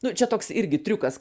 nu čia toks irgi triukas